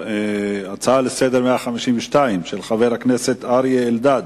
ביום י"א בסיוון התשס"ט (3 ביוני 2009):